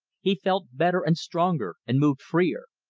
he felt better and stronger and moved freer.